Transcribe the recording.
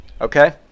okay